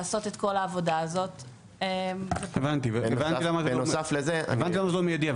לעשות את כל העבודה הזאת --- הבנתי למה זה לא מיידי.